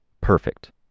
Perfect